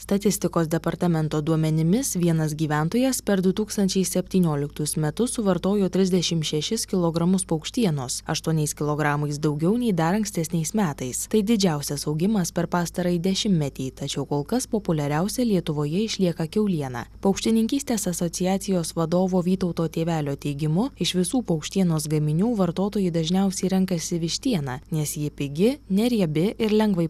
statistikos departamento duomenimis vienas gyventojas per du tūkstančiai septynioliktus metus suvartojo trisdešim šešis kilogramus paukštienos aštuoniais kilogramais daugiau nei dar ankstesniais metais tai didžiausias augimas per pastarąjį dešimtmetį tačiau kol kas populiariausia lietuvoje išlieka kiauliena paukštininkystės asociacijos vadovo vytauto tėvelio teigimu iš visų paukštienos gaminių vartotojai dažniausiai renkasi vištieną nes ji pigi neriebi ir lengvai